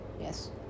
yes